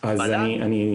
המל"ג?